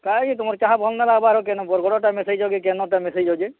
କାଏଁ କି ତୁମର୍ ଚାହା ଭଲ୍ ନାଇଁ ଲାଗ୍ବାର୍ କେନର୍ ବରଗଡ଼ଟା ମିଶେଇଚ କି କେନର୍ଟା ମିଶେଇଚ ଯେ